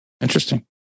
Interesting